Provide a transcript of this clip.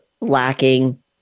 lacking